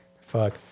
Fuck